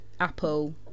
apple